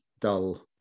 dull